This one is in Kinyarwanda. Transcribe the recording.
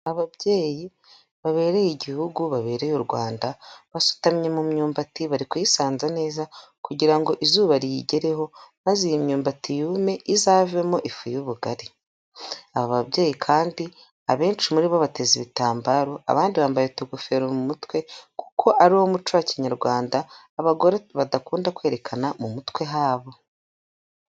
Ababyeyi babereye igihugu babereye u Rwanda basutamye mu myumbati bari kuyisanza neza kugira ngo izuba riyigereho maze iyi myumbati yume izavemo ifu y'ubugari, aba babyeyi kandi abenshi muri bo bateza ibitambaro abandi bambaye utugofero mu mutwe kuko ariwo muco wa Kinyarwanda abagore badakunda kwerekana mu mutwe habo.